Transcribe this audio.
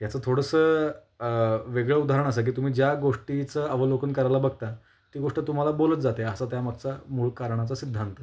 याचं थोडंसं वेगळं उदाहरण असं की तुम्ही ज्या गोष्टीचं अवलोकन करायला बघता ती गोष्ट तुम्हाला बोलत जाते असा त्यामागचा मूळ कारणाचा सिद्धांत